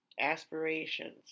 aspirations